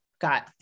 Got